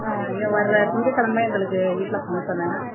ஆ ஏ வர்ற திங்ககெழம எங்களுக்கு வீட்டில் ஃபங்க்ஷனு